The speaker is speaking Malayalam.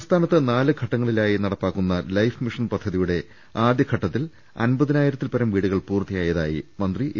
സംസ്ഥാനത്ത് നാല് ഘട്ടങ്ങളായി നടപ്പാക്കുന്ന ലൈഫ് മിഷൻ പദ്ധതിയുടെ ആദ്യ ഘട്ടത്തിലെ അൻപതിനായിരത്തിൽ പരം വീടു കൾ പൂർത്തിയായതായി മന്ത്രി എ